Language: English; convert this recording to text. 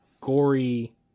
gory